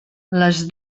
les